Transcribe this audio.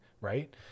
right